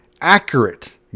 accurate